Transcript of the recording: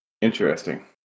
Interesting